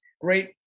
Great